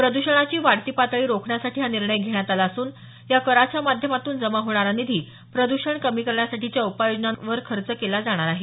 प्रद्षणाची वाढती पातळी रोखण्यासाठी हा निर्णय घेण्यात आला असून या कराच्या माध्यमातून जमा होणारा निधी प्रद्षण कमी करण्यासाठीच्या उपाय योजनांवरच खर्च केला जाणार आहे